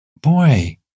boy